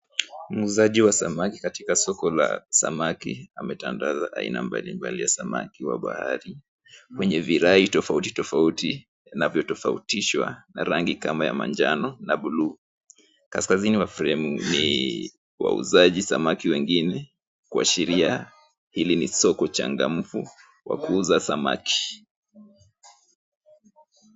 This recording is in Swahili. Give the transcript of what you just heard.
Muuzaji wa samaki katika soko la samaki ametandaza aina mbalimbali ya samaki wa bahari kwenye virai tofautitofauti, inavyotofautishwa na rangi kama ya manjano na buluu. Kaskazini wa sehemu ni wauzaji samaki wengine kuashiria hili ni soko changamfu wa kuuza samaki.